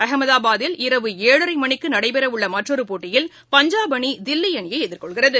அஹமதாபாதில் இரவு ஏழரை மணிக்கு நடைபெறவுள்ள மற்றொரு போட்டியில் பஞ்சாப் அணி தில்லி அணியை எதிர்கொள்கிறது